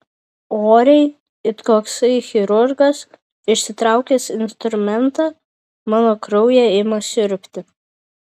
oriai it koksai chirurgas išsitraukęs instrumentą mano kraują ima siurbti